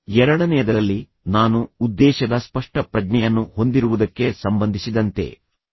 ಎರಡನೆಯದರಲ್ಲಿ ನಾನು ಉದ್ದೇಶದ ಸ್ಪಷ್ಟ ಪ್ರಜ್ಞೆಯನ್ನು ಹೊಂದಿರುವುದಕ್ಕೆ ಸಂಬಂಧಿಸಿದಂತೆ ಸ್ವಯಂ ಅರಿವಿನ ಮೇಲೆ ಹೆಚ್ಚಾಗಿ ಗಮನ ಹರಿಸುತ್ತಿದ್ದೆ